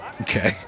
Okay